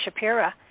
shapira